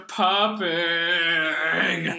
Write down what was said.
popping